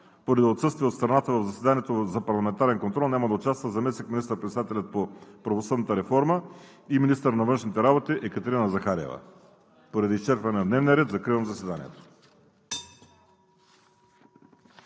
Поради отсъствие от страната в заседанието за парламентарен контрол няма да участва заместник министър-председателят по правосъдната реформа и министър на външните работи Екатерина Захариева. Поради изчерпване на дневния ред закривам заседанието.